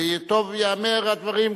וטוב שייאמרו הדברים.